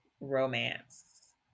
romance